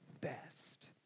best